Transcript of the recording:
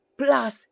plus